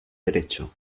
derecho